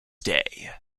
day